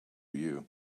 you